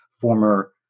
former